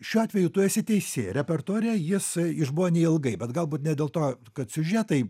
šiuo atveju tu esi teisi repertuare jis išbuvo neilgai bet galbūt ne dėl to kad siužetai